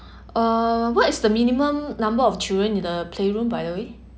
uh what is the minimum number of children in the playroom by the way